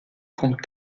comte